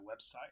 website